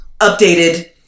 updated